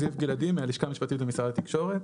זיו גלעדי מהלשכה המשפטית במשרד התקשורת.